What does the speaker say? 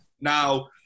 Now